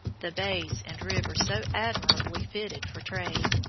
the bays and rivers so admirably fitted for trade.